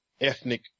ethnic